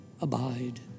abide